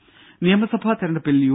ദേദ നിയമസഭാ തെരഞ്ഞെടുപ്പിൽ യു